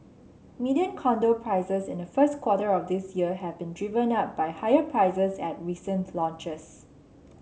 median condo prices in the first quarter of this year have been driven up by higher prices at recent launches